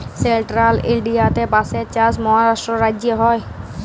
central ইলডিয়াতে বাঁশের চাষ মহারাষ্ট্র রাজ্যে হ্যয়